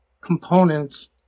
components